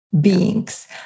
beings